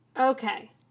Okay